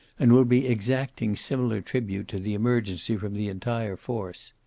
and would be exacting similar tribute to the emergency from the entire force.